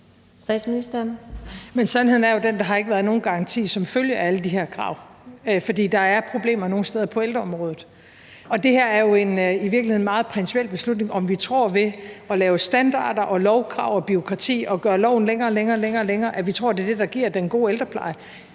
sandheden er jo den, at der ikke har været nogen garanti som følge af alle de her krav. For der er problemer nogle steder på ældreområdet. Og det her er jo en i virkeligheden meget principiel beslutning, altså om vi tror, at det at lave standarder og lovkrav og bureaukrati og gøre loven længere og længere er det, der giver den gode ældrepleje.